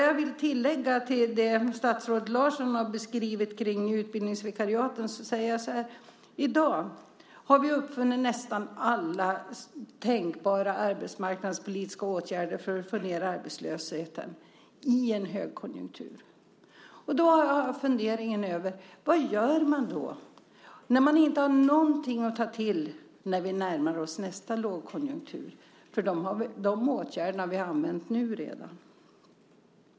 Jag vill tillägga, till det som statsrådet Larsson beskrivit om utbildningsvikariaten, att vi i dag har uppfunnit alla tänkbara arbetsmarknadspolitiska åtgärder för att få ned arbetslösheten - i en högkonjunktur. Och då undrar jag: Vad gör vi när vi inte har någonting att ta till och vi närmar oss nästa lågkonjunktur? Vi har ju redan använt alla åtgärderna.